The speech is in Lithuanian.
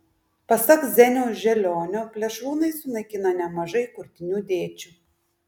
pasak zeniaus želionio plėšrūnai sunaikina nemažai kurtinių dėčių